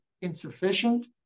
insufficient